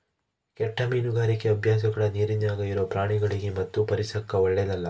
ಕೆಟ್ಟ ಮೀನುಗಾರಿಕಿ ಅಭ್ಯಾಸಗಳ ನೀರಿನ್ಯಾಗ ಇರೊ ಪ್ರಾಣಿಗಳಿಗಿ ಮತ್ತು ಪರಿಸರಕ್ಕ ಓಳ್ಳೆದಲ್ಲ